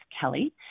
Kelly